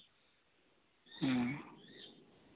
ᱦᱩᱸ